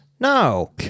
No